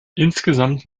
insgesamt